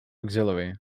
axillary